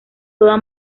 toda